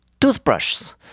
toothbrushes